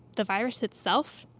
the virus itself?